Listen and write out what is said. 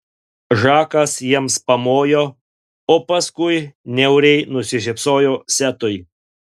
žakas jiems pamojo o paskui niauriai nusišypsojo setui